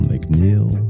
McNeil